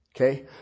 Okay